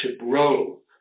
role